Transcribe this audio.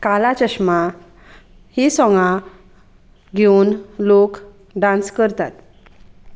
काला चश्मा हीं सोंगां घेवन लोक डांस करतात